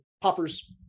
Poppers